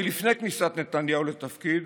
מלפני כניסת נתניהו לתפקיד